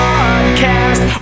Podcast